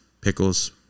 pickles